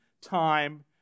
time